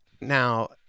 now